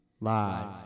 Live